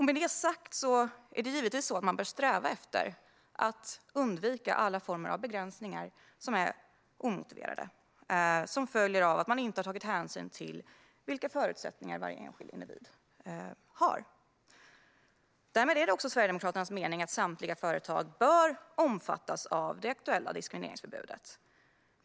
Med detta sagt är det givetvis så att man bör sträva efter att undvika alla former av begränsningar som är omotiverade och som följer av att man inte har tagit hänsyn till vilka förutsättningar varje enskild individ har. Därmed är det också Sverigedemokraternas mening att samtliga företag bör omfattas av det aktuella diskrimineringsförbudet.